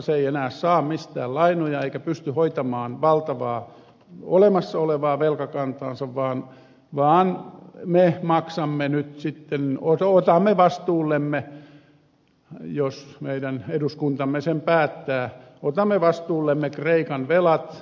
se ei saa enää mistään lainoja eikä pysty hoitamaan valtavaa olemassa olevaa velkakantaansa vaan me maksamme nyt sitten otamme vastuullemme jos meidän eduskuntamme sen päättää kreikan velat